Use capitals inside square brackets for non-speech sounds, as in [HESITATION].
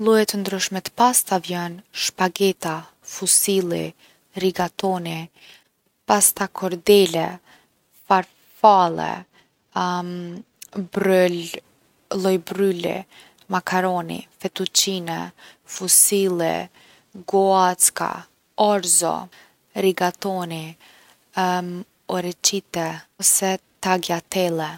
Lloje t’ndryshme t’pastave jon, shpageta, fusilli, rigatoni, pasta kordele, farfalle [HESITATION] brryl- lloj brylli, makaroni, fetuçine, fusilli, guacka, orzo, rigatoni [HESITATION] oreçite ose tagiatelle.